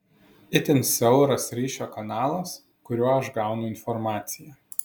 itin siauras ryšio kanalas kuriuo aš gaunu informaciją